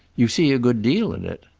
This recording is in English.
you see a good deal in it!